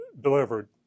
delivered